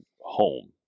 home